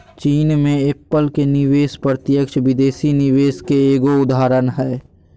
चीन मे एप्पल के निवेश प्रत्यक्ष विदेशी निवेश के एगो उदाहरण हय